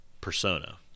persona